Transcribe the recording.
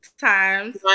times